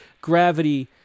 gravity